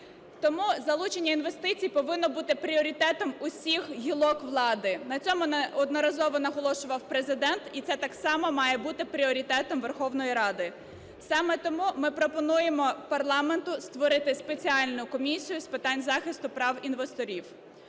Тому залучення інвестицій повинно бути пріоритетом усіх гілок влади. На цьому неодноразово наголошував Президент, і це так само має бути пріоритетом Верховної Ради. Саме тому ми пропонуємо парламенту створити Спеціальну комісію з питань захисту прав інвесторів.